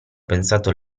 pensato